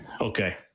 Okay